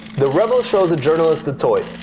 the rebel shows journalists the toy,